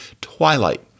twilight